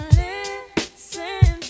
listen